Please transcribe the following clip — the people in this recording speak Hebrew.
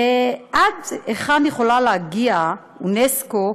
עד היכן יכולה להגיע אונסק"ו